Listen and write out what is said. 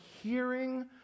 hearing